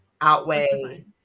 outweigh